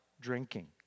drinking